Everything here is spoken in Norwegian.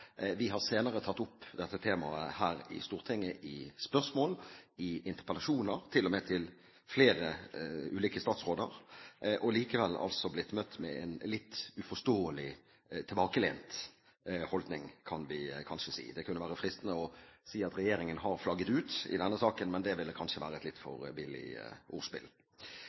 Vi har senere tatt opp dette temaet her i Stortinget i spørsmål, i interpellasjoner – til og med til flere ulike statsråder – og likevel blitt møtt med en litt uforståelig tilbakelent holdning, kan vi kanskje si. Det kunne være fristende å si at regjeringen har flagget ut i denne saken, men det ville kanskje være et litt for billig ordspill.